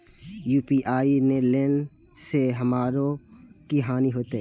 UPI ने लेने से हमरो की हानि होते?